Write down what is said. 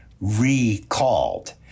recalled